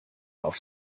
auf